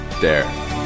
dare